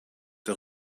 der